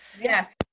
yes